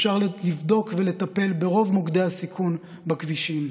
אפשר לבדוק ולטפל ברוב מוקדי הסיכון בכבישים.